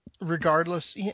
regardless